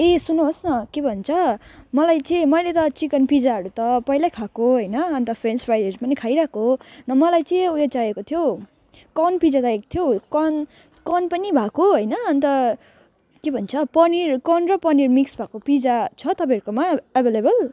ए सुन्नुहोस् न के भन्छ मलाई चाहिँ मैले त चिकन पिजाहरू त पहिलै खाएको होइन अन्त फ्रेन्च फ्राइजहरू पनि खाइरहेको मलाई चाहिँ उयो चाहिएको थियो कर्न पिजा चाहिएको थियो हौ कर्न कर्न पनि भएको होइन अन्त के भन्छ पनिर कर्न र पनिर मिक्स भएको पिजा छ तपाईँहरूकोमा अभाइलेबल